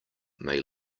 may